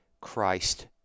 Christ